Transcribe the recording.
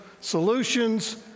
solutions